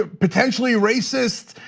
ah potentially racist,